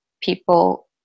people